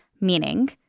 meaning